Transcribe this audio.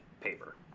paper